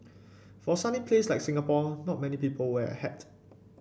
for a sunny place like Singapore not many people wear a hat